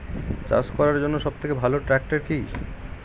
চাষ করার জন্য সবথেকে ভালো ট্র্যাক্টর কি?